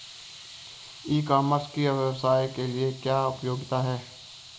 ई commerce की व्यवसाय के लिए क्या उपयोगिता है?